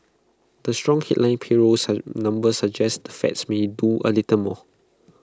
the strong headline payrolls numbers suggest the fed may do A little more